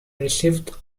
received